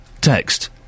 text